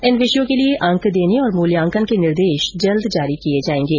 इन विषयों के लिए अंक देने और मूल्याकन के निर्देश जल्दी जारी किये जायेंगे